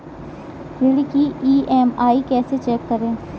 ऋण की ई.एम.आई कैसे चेक करें?